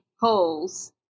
holes